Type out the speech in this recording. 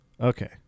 Okay